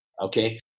okay